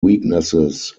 weaknesses